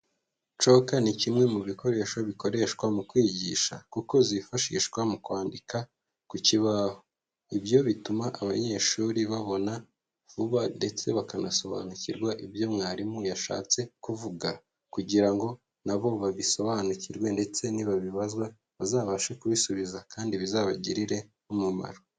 Chalk ni kimwe mu bikoresho bikoreshwa mu kwigisha kuko zifashishwa mu kwandika ku kibaho, ibyo bituma abanyeshuri babona vuba ndetse bakanasobanukirwa ibyo mwarimu yashatse kuvuga kugira ngo nabo babisobanukirwe ndetse nibabibazwa bazabashe kubisubiza kandi bizabagirire umumaro.